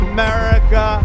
America